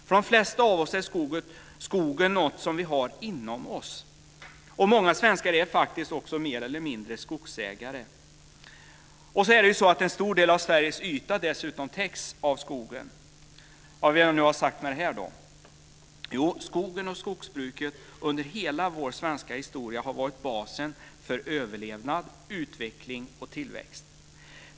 För de flesta av oss är skogen något som vi har inom oss. Många svenskar är faktiskt också mer eller mindre skogsägare. En stor del av Sveriges yta täcks av skogen. Vad vill jag nu ha sagt med detta? Skogen och skogsbruket har under hela vår svenska historia varit basen för överlevnad, utveckling och tillväxt.